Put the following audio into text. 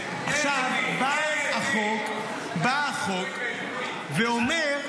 בא החוק ואומר,